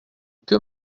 que